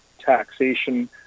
taxation